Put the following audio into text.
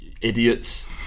idiots